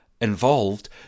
involved